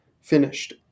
finished